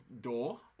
door